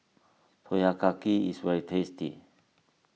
is very tasty